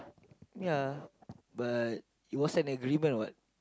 ya but it was an agreement what